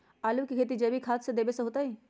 आलु के खेती जैविक खाध देवे से होतई?